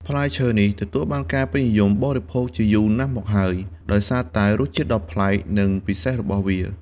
ផ្លែឈើនេះទទួលបានការនិយមបរិភោគជាយូរណាស់មកហើយ ដោយសារតែរសជាតិដ៏ប្លែក និងពិសេសរបស់វា។